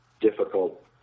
difficult